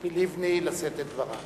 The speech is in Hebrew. ציפי לבני, לשאת את דברה.